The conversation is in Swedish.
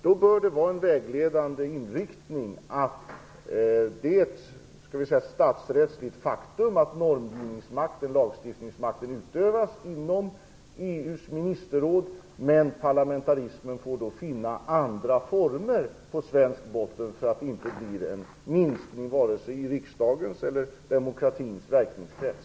Då bör det bara en vägledande inriktning att det är ett statsrättsligt faktum att normgivningsmakten, lagstiftningsmakten, utövas inom EU:s ministerråd, men parlamentarismen får då finna andra former på svensk botten, så att det inte blir en minskning vare sig i riksdagens eller i demokratins verkningskrets.